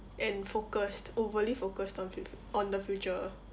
and focused overly focused on f~ on the future